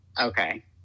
Okay